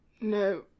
No